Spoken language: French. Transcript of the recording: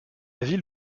ville